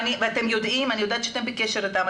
ואני יודעת שאתם בקשר איתם,